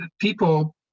People